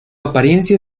apariencia